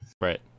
Right